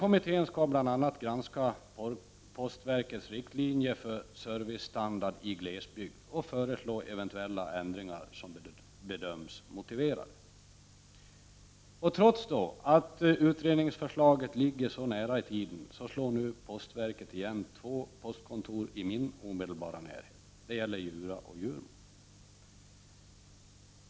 Utredningen skall bl.a. granska postverkets riktlinjer för servicestandard i glesbygd och föreslå de eventuella ändringar som bedöms vara motiverade. Trots att utredningsförslaget ligger så nära i tiden slår nu postverket igen två postkontor i min omedelbara närhet, det gäller Djura och Djurmo.